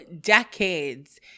decades